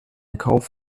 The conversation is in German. kauf